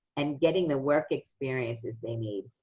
and getting the work experiences they need,